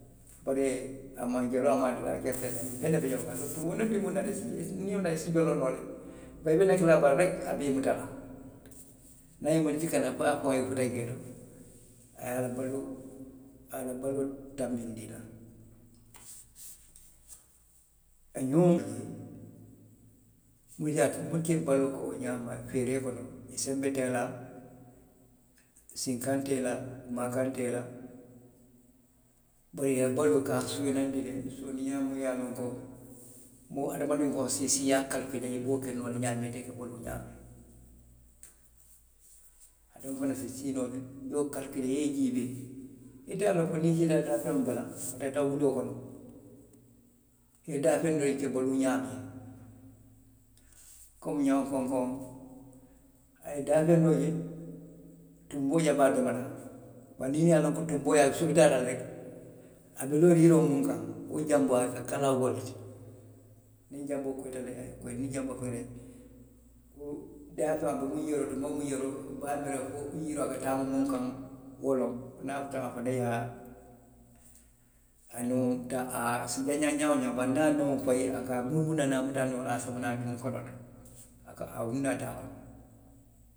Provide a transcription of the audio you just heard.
Bari a maŋ jaloo, a maŋ a dadaa kenseŋ ke, aniŋ feŋ ne be ňoŋ kaŋ. kaatu tunbu ndiŋ tunbundiŋ naa niŋ wo naata, i si joloŋ noo le, bari i be naki a bala reki, a be i muta la. Niŋ a ye i muta i te kana la fo afaŋo ye futa jee to. a ye baluu. a ye a la baaluo tanbindi i la. A ňoŋo bi jee le minnu ka i la baluo ke wo ňaama., feeree kono, senbe te i la, siŋ kala te i la, maakaŋ te i la. bari i la baluo i ka sooneyaandi le, sooneyaa muŋ ye a loŋ ko moo, hadamadiŋo faŋ se sii i ye a kalikilee i be wo ke noo la ňaamiŋ ite ka baluu wo ňaama aduŋ fanaŋ i se sii noo, doo kalikilee, i ye i jiibee. ite a loŋ na fo niŋ i siita daafeŋo bala, i ye taa wuloo kono, i ye daafeŋolu je i ka baluu ňaamiŋ, komi xankonkoŋo, a ye daafeŋ doo je. tunboo ye bo ate bala. bari niŋ i ye loŋ ko tunboo ye a kiŋ, ite a je la, a be looriŋ yiroo miŋ kaŋ. wo janboo a ka kalaŋ wo le la. Niŋ janboo koyita. de, a ye koyi, niŋ janboo koyita. wo daafeŋo a ka miŋ, fo yiroo a ka taama miŋ kaŋ wo loŋ fo niŋ a futata a ma a fanaŋ ye a neŋo taa, a si jawayaa ňaa woo ňaa bari niŋ a ye a neŋo fayi. a ka mulumulu naŋ a ye a muta a neŋo la a ye a saba naw i ye wo dundi a daa kono.